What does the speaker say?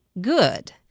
good